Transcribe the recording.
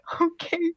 okay